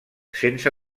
sense